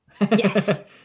Yes